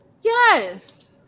yes